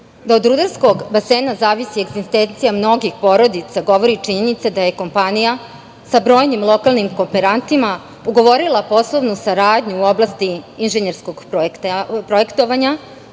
od rudarskog basena zavisi egzistencija mnogih porodica govori i činjenica da je kompanija sa brojnim lokalnim kooperantima ugovorila poslovnu saradnju u oblasti inžnjerskog projektovanja